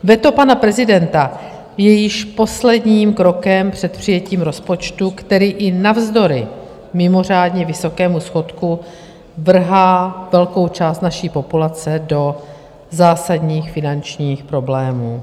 Veto pana prezidenta je již posledním krokem před přijetím rozpočtu, který i navzdory mimořádně vysokému schodku vrhá velkou část naší populace do zásadních finančních problémů.